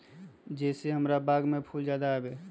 जे से हमार बाग में फुल ज्यादा आवे?